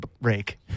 break